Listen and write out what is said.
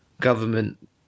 government